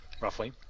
roughly